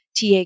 TA